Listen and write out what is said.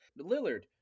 Lillard